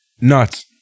Nuts